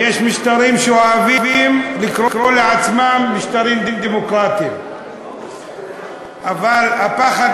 ויש משטרים שאוהבים לקרוא לעצמם משטרים דמוקרטיים אבל הפחד